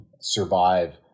survive